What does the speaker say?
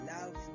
Love